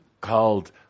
called